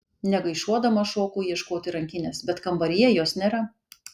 negaišuodama šoku ieškoti rankinės bet kambaryje jos nėra